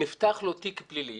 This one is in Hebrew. נפתח לו תיק פלילי